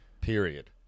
Period